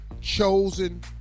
chosen